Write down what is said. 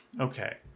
Okay